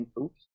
Oops